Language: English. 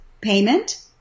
payment